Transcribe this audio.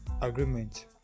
agreement